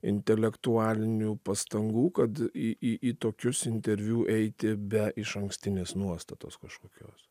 intelektualinių pastangų kad į į į tokius interviu eiti be išankstinės nuostatos kažkokios